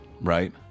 right